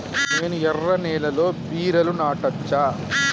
నేను ఎర్ర నేలలో బీరలు నాటచ్చా?